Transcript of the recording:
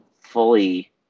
fully –